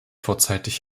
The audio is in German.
vorzeitig